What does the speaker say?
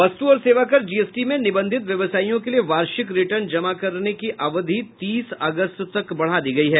वस्तु और सेवा कर जीएसटी में निबंधित व्यवसायियों के लिए वार्षिक रिर्टन जमा करने की अवधि तीस अगस्त तक बढ़ा दी गयी है